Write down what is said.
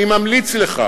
אני ממליץ לך: